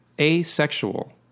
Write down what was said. asexual